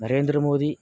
Narendra Modi